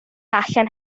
allan